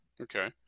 Okay